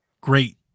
great